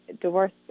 divorce